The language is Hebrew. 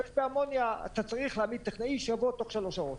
באמוניה אתה צריך להעמיד טכנאי שיבוא תוך שלוש שעות,